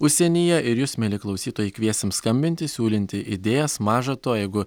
užsienyje ir jus mieli klausytojai kviesim skambinti siūlinti idėjas maža to jeigu